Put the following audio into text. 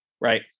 right